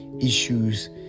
issues